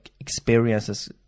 experiences